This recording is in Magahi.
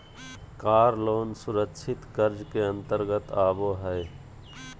कार लोन सुरक्षित कर्ज के अंतर्गत आबो हय